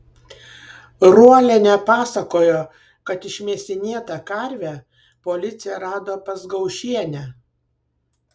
ruolienė pasakojo kad išmėsinėtą karvę policija rado pas gaušienę